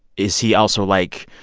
is he also, like,